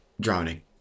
drowning